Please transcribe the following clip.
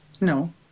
No